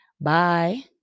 bye